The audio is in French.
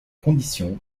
conditions